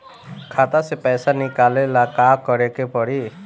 खाता से पैसा निकाले ला का करे के पड़ी?